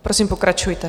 Prosím, pokračujte.